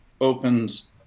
opens